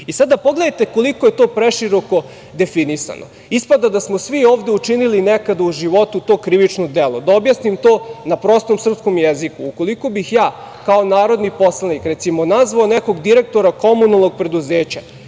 pogledajte koliko je to preširoko definisano. Ispada da smo svi ovde učinili nekada u životu to krivično delo. Da objasnim to na prostom srpskom jeziku – ukoliko bih ja kao narodni poslanik, recimo, nazvao nekog direktora komunalnog preduzeća